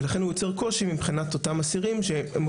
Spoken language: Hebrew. ולכן הוא יוצר קושי מבחינת אותם אסירים שהם